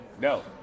No